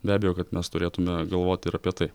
be abejo kad mes turėtume galvot ir apie tai